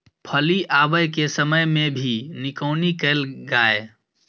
फली आबय के समय मे भी निकौनी कैल गाय?